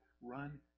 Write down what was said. run